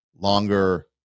longer